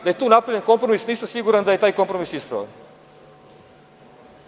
Da je tu napravljen kompromis, nisam siguran da je taj kompromis ispravan.